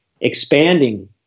expanding